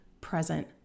present